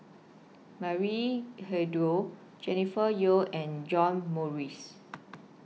Maria Hertogh Jennifer Yeo and John Morrice